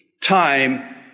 time